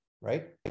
right